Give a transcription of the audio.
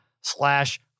slash